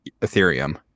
Ethereum